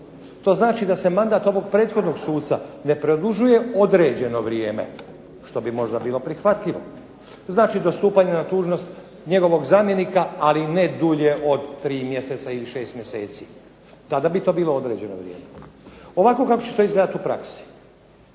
To znači da se mandat ovog prethodnog suca ne produžuje određeno vrijeme, što bi možda bilo prihvatljivo, znači do stupanja na dužnost njegovog zamjenika, ali ne dulje od 3 mjeseca ili 6 mjeseci. Tada bi to bilo određeno vrijeme. Ovako kako će to izgledati u praksi.